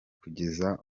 kugeza